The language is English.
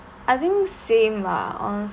I think same lah on